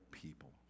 People